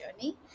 journey